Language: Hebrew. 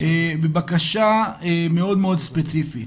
בבקשה מאוד ספציפית.